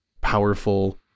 powerful